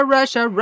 Russia